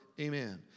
Amen